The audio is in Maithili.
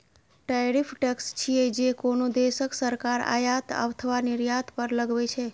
टैरिफ टैक्स छियै, जे कोनो देशक सरकार आयात अथवा निर्यात पर लगबै छै